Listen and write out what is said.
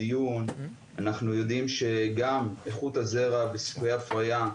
שגם פה צריכה להיות האופציה שהאדם,